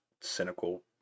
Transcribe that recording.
cynical